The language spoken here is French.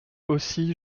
aussi